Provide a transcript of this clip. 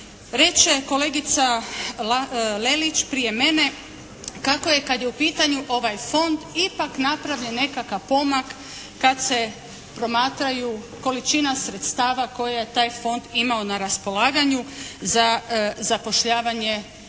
Reče kolegica Lelić prije mene kako je kad je u pitanju ovaj Fond ipak napravljen nekakav pomak kad se promatraju količina sredstava koje je taj Fond imao na raspolaganju za zapošljavanje